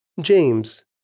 James